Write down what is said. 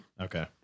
Okay